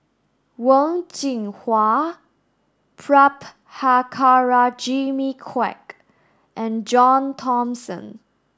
Wen Jinhua Prabhakara Jimmy Quek and John Thomson